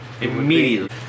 Immediately